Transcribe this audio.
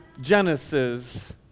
Genesis